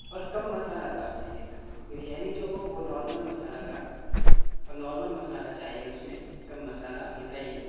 اور کم مسالہ دار چاہیے سر بریانی جو ہو وہ نارمل مسالہ داراور نارمل مسالہ چاہیے اس میں کم مسالہ ہلکا ہی